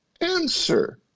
answer